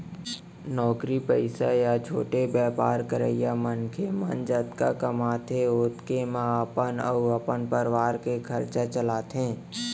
नौकरी पइसा या छोटे बयपार करइया मनखे मन जतका कमाथें ओतके म अपन अउ अपन परवार के खरचा चलाथें